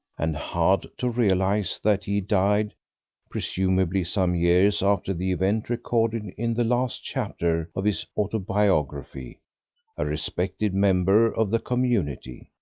and hard to realize that he died presumably some years after the event recorded in the last chapter of his autobiography a respected member of the community,